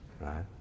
right